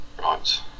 Right